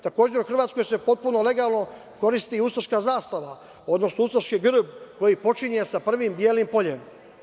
Takođe, u Hrvatskoj se potpuno legalno koristi ustaška zastava, odnosno ustaški grb koji počinje sa prvim belim poljem.